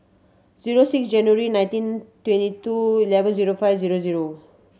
zero six January nineteen twenty two eleven zero five zero zero